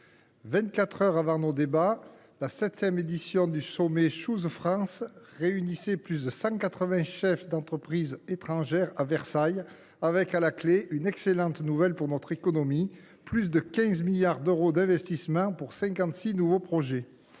heures avant nos débats d’aujourd’hui, la septième édition du sommet Choose France réunissait plus de 180 chefs d’entreprise étrangère à Versailles,… Royal !… avec, à la clé, une excellente nouvelle pour notre économie : plus de 15 milliards d’euros d’investissement dans 56 nouveaux projets.